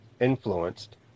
influenced